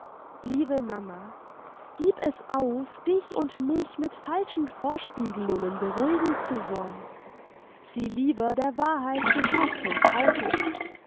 liebe mama gib es auf dich und mich mit falschen vorspiegelungen beruhigen zu wollen sieh lieber der wahrheit gefaßt ins auge